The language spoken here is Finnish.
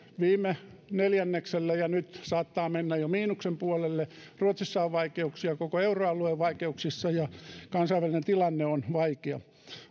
viime neljänneksellä ja nyt saattaa mennä jo miinuksen puolelle ruotsissa on vaikeuksia koko euroalue on vaikeuksissa ja kansainvälinen tilanne on vaikea